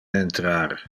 entrar